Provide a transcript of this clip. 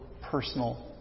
personal